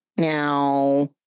Now